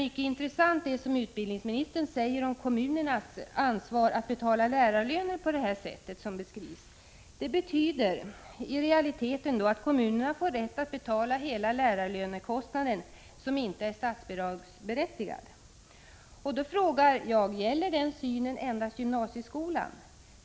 Det som utbildningsministern säger om kommunernas ansvar för att betala lärarlöner på det sätt som beskrivs är mycket intressant. Det betyder i realiteten att kommunerna får rätt att betala hela lärarlönekostnaden som inte är statsbidragsberättigad. Gäller denna syn endast gymnasieskolan?